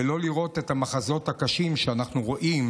כדי לא לראות את המחזות הקשים שאנחנו רואים